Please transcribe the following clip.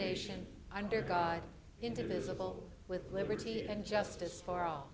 nation under god indivisible with liberty and justice for all